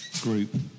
group